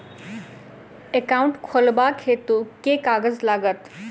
Account खोलाबक हेतु केँ कागज लागत?